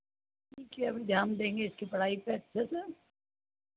ठीक है अभी ध्यान देंगे इसकी पढ़ाई पर अच्छे से